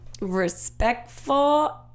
Respectful